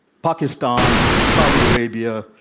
pakistan, saudi arabia,